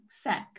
sex